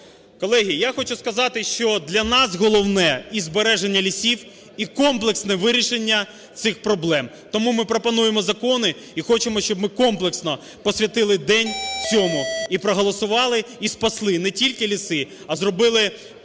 Колеги, я хочу сказати, що для нас головне – і збереження лісів, і комплексне вирішення цих проблем. Тому ми пропонуємо закони і хочемо, щоб ми комплексно присвятили день цьому і проголосували, і спасли не тільки ліси, а зробили